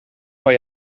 van